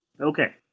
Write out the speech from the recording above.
okay